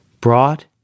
brought